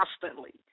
constantly